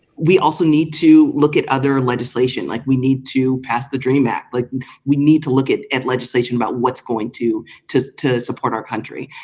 we also need to look at other legislation like we need to pass the dream act like we need to look at at legislation about what's going to to to support our country.